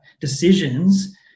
decisions